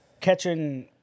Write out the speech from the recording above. catching